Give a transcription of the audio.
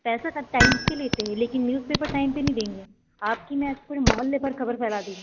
पैसा सब टाइम के लिए चाहिए लेकिन न्यूज़पेपर टाइम पर नहीं देंगे आपकी मैं पूरे मोहल्ले पर खबर फैला दूँगी